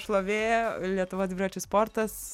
šlovė lietuvos dviračių sportas